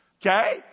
Okay